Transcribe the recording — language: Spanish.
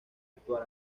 actuar